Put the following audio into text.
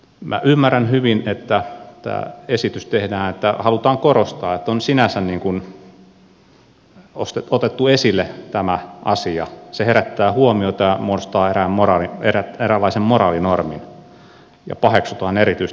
minä ymmärrän hyvin että tämä esitys tehdään että halutaan korostaa että sinänsä on otettu esille tämä asia se herättää huomiota ja muodostaa eräänlaisen moraalinormin ja paheksutaan erityisesti tätä asiaa